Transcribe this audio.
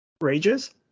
rages